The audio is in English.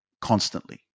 constantly